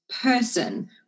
person